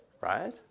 right